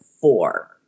four